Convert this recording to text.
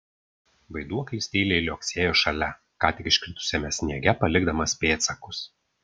vaiduoklis tyliai liuoksėjo šalia ką tik iškritusiame sniege palikdamas pėdsakus